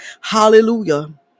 Hallelujah